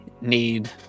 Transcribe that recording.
need